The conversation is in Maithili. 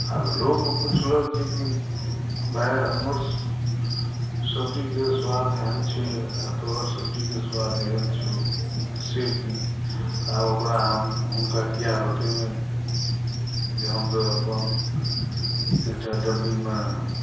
आ लोक पूछलक जेकी भाय हमर सब्ज़ीक स्वाद एहन छै आ तोहर सब्जीक स्वाद एहन छौ से किया आब ओकरा हम हुनका किया बतबियनि जे हम तऽ अपन एकटा डब्बीमे